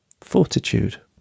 Fortitude